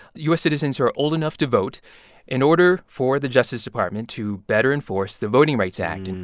u s. citizens who are old enough to vote in order for the justice department to better enforce the voting rights act, and